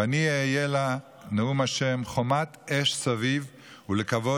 'ואני אהיה לה נאֻם ה' חומת אש סביב ולכבוד